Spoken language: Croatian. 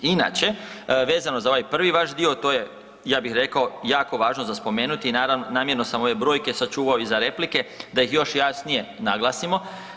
Inače, vezano za ovaj prvi vaš dio, to je ja bih rekao jako važno za spomenuti, namjerno sam ove brojke sačuvao za replike da ih još jasnije naglasimo.